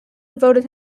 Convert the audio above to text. devoted